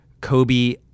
Kobe